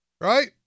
right